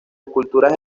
esculturas